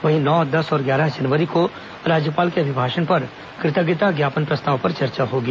वहीं नौ दस और ग्यारह जनवरी को राज्यपाल के अभिभाषण पर कृतज्ञता ज्ञापन प्रस्ताव पर चर्चा होगी